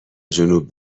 جنوب